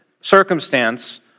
circumstance